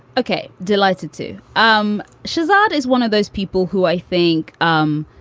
ok, delighted to. um shahzad is one of those people who i think um